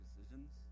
decisions